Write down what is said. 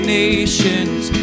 nations